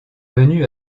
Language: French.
venu